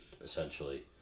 essentially